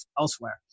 elsewhere